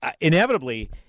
inevitably